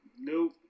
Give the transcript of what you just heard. Nope